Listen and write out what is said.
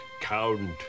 Count